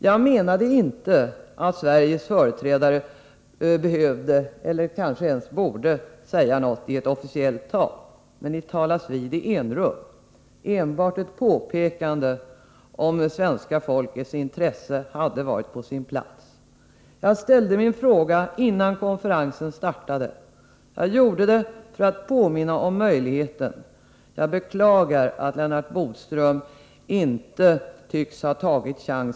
Jag menar inte att företrädare för den svenska regeringen behöver, eller borde, framföra sina synpunkter i ett officiellt tal — men ni talas ju vid i enrum. Enbart ett påpekande om det svenska folkets intresse i denna fråga hade varit på sin plats. Jag framställde min fråga innan konferensen startade. Jag gjorde det för att påminna om möjligheten att ta upp saken. Jag beklagar att Lennart Bodström inte har tagit chansen.